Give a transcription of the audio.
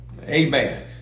Amen